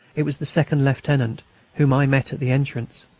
it was the second-lieutenant whom i met at the entrance.